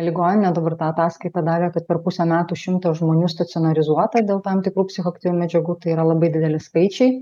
ligoninė dabar tą ataskaitą darė kad per pusę metų šimtas žmonių stacionarizuota dėl tam tikrų psichoaktyvių medžiagų tai yra labai dideli skaičiai